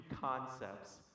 concepts